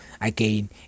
again